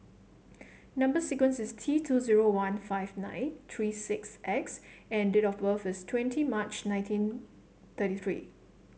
number sequence is T two zero one five nine three six X and date of birth is twenty March nineteen thirty three